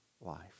life